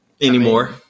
anymore